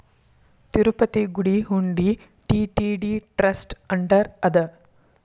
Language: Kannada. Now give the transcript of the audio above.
ತಿರುಪತಿ ಗುಡಿ ಹುಂಡಿ ಟಿ.ಟಿ.ಡಿ ಟ್ರಸ್ಟ್ ಅಂಡರ್ ಅದ